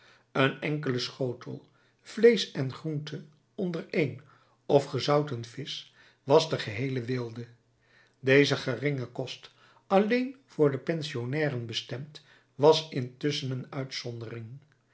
een enkele schotel vleesch en groente ondereen of gezouten visch was de geheele weelde deze geringe kost alleen voor de pensionnairen bestemd was intusschen een uitzondering